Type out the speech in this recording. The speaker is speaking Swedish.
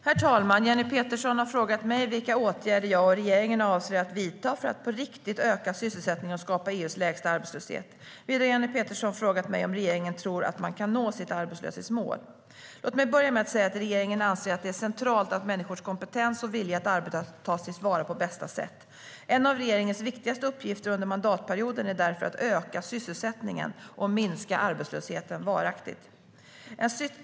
Herr talman! Jenny Petersson har frågat mig vilka åtgärder jag och regeringen avser att vidta för att på riktigt öka sysselsättningen och skapa EU:s lägsta arbetslöshet. Vidare har Jenny Petersson frågat mig om regeringen tror att man kan nå sitt arbetslöshetsmål. Låt mig börja med att säga att regeringen anser att det är centralt att människors kompetens och vilja att arbeta tas till vara på bästa sätt. En av regeringens viktigaste uppgifter under mandatperioden är därför att öka sysselsättningen och minska arbetslösheten varaktigt.